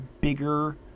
bigger